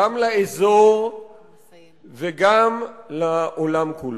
גם לאזור וגם לעולם כולו.